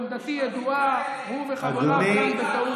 עמדתי ידועה, הוא וחבריו כאן בטעות.